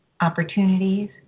opportunities